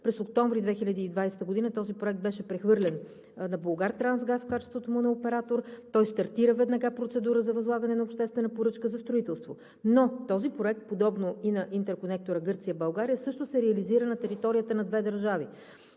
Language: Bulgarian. през октомври 2020 г. този проект беше прехвърлен на „Булгартрансгаз“ в качеството му на оператор, той стартира веднага процедура за възлагане на обществена поръчка за строителство. Но този проект, подобно и на интерконекторът Гърция – България също се реализира на територията на две държави,